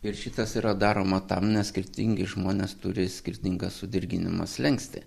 ir šitas yra daroma tam nes skirtingi žmonės turi skirtingą sudirginimo slenkstį